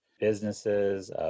businesses